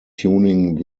tuning